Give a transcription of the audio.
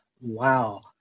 wow